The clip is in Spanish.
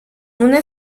una